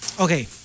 okay